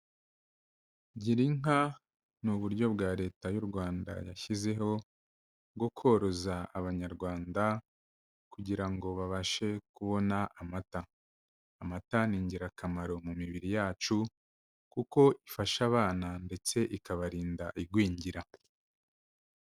Girinka ni uburyo bwa Leta y'u Rwanda yashyizeho bwo koroza abanyarwanda kugira ngo babashe kubona amata. Amata ni ingirakamaro mu mibiri yacu kuko ifasha abana ndetse ikabarinda igwingira.